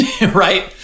Right